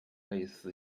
类似